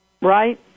Right